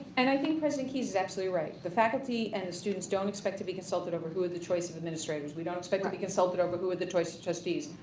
and i think president keizs is absolutely right. the faculty and the students don't expect to be consulted over who are the choice of administrators. we don't expect to be consulted over who are the choice trustee